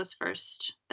first